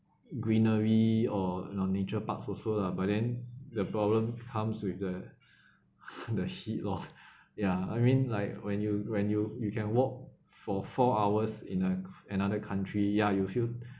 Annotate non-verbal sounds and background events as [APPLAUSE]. greenery or uh nature parks also lah but then the problem comes with the [LAUGHS] the heat lor ya I mean like when you when you you can walk for four hours in uh another country ya you feel [BREATH]